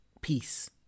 peace